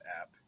app